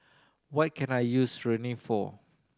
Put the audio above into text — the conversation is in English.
what can I use Rene for